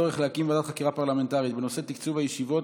הצורך להקים ועדת חקירה פרלמנטרית בנושא: תקצוב הישיבות